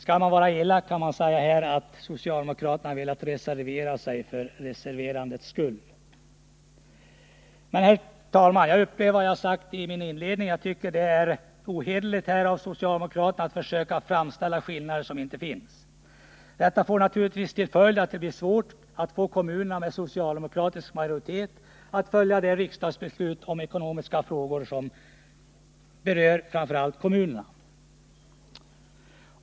Skall man vara elak kan man säga att här har socialdemokraterna velat reservera sig för reserverandets skull. Men, herr talman, jag upprepar vad jag sagt i min inledning. Jag tycker att det är ohederligt av socialdemokraterna att försöka framställa skillnader som inte finns. Detta får naturligtvis till följd att det blir svårt att få kommuner med socialdemokratisk majoritet att följa de riksdagsbeslut om ekonomiska frågor som berör kommunerna.